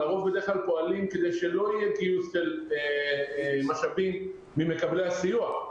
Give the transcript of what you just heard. לרוב פועלים כדי שלא יהיה גיוס משאבי ממקבלי הסיוע,